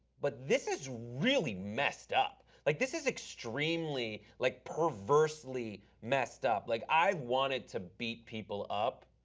but this is really messed up. like this is extremely like perversely messed up. like i wanted to beat people up,